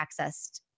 accessed